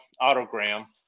autogram